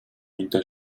muita